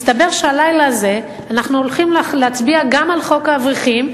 מסתבר שהלילה הזה אנחנו הולכים להצביע גם על חוק האברכים,